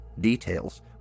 Details